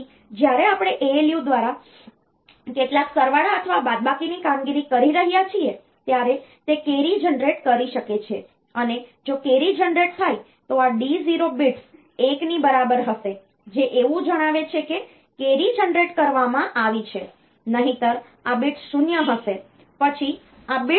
તેથી જ્યારે આપણે ALU દ્વારા કેટલાક સરવાળા અથવા બાદબાકીની કામગીરી કરી રહ્યા છીએ ત્યારે તે કેરી જનરેટ કરી શકે છે અને જો કેરી જનરેટ થાય તો આ D0 bits 1 ની બરાબર હશે જે એવું જણાવે છે કે કેરી જનરેટ કરવામાં આવી છે નહિંતર આ bits 0 હશે